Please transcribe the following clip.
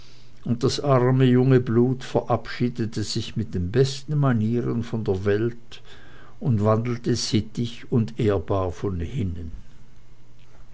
und das arme junge blut verabschiedete sich mit den besten manieren von der welt und wandelte sittig und ehrbar von hinnen